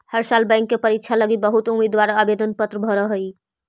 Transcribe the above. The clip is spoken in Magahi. हर साल बैंक के परीक्षा लागी बहुत उम्मीदवार आवेदन पत्र भर हई